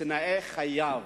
תנאי חייו,